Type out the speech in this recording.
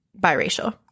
biracial